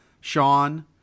Sean